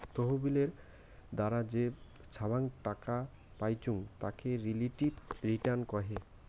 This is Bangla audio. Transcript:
তহবিলের দ্বারা যে ছাব্যাং টাকা পাইচুঙ তাকে রিলেটিভ রিটার্ন কহে